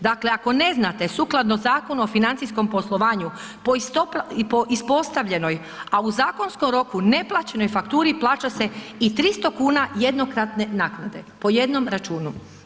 Dakle, ako ne znate sukladno Zakonu o financijskom poslovanju po ispostavljenoj, a u zakonskom roku neplaćenoj fakturi plaća se i 300 kuna jednokratne naknade po jednom računu.